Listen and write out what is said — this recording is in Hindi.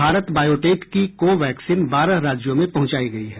भारत बायोटेक की को वैक्सीन बारह राज्यों में पहुंचाई गई है